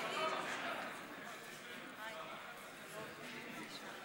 התשע"ה 2015, לא נתקבלה.